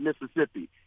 Mississippi